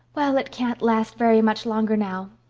well, it can't last very much longer now.